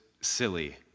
silly